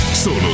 Solo